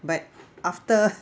but after